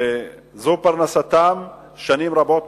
זו פרנסתם שנים רבות,